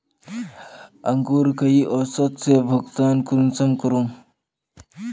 अंकूर कई औसत से भुगतान कुंसम करूम?